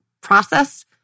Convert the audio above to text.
process